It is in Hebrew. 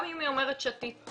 גם אם היא אומרת שהיא שתתה,